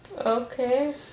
Okay